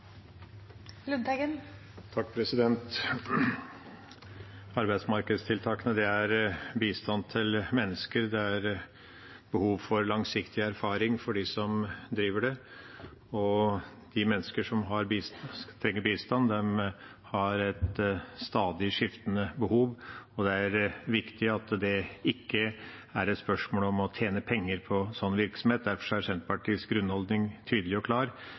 behov for langsiktig erfaring, og de menneskene som trenger bistand, har et stadig skiftende behov. Det er viktig at det ikke er et spørsmål om å tjene penger på slik virksomhet, og derfor er Senterpartiets grunnholdning tydelig og klar: